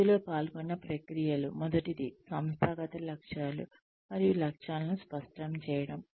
ఇందులో పాల్గొన్న ప్రక్రియలు మొదటిది సంస్థాగత లక్ష్యాలు మరియు లక్ష్యాలను స్పష్టం చేయడం